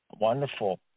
Wonderful